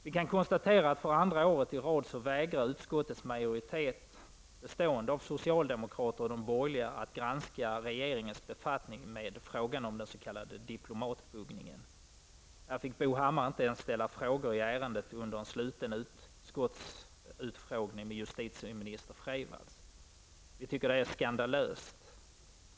Vi kan konstatera att utskottets majoritet, bestående av socialdemokrater och de borgerliga, för andra året i rad vägrar att granska regeringens befattning med frågan om den s.k. diplomatbuggningen. Bo Hammar fick inte ens ställa frågor i ärendet under en sluten utskottsutfrågning av justitieminister Laila Freivalds. Vi tycker att det är skandalöst.